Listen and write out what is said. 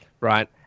right